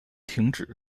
停止